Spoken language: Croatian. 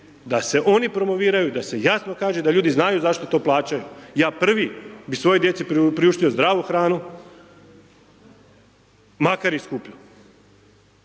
da se oni promoviraju, da se jasno kaže da ljudi znaju zašto to plaćaju. Ja prvi bi svojoj djeci priuštio zdravu hranu, makar i skuplju,